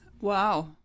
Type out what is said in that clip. Wow